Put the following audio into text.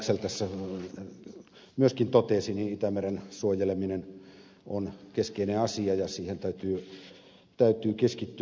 laxell tässä myöskin totesi itämeren suojeleminen on keskeinen asia ja siihen täytyy keskittyä